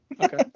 Okay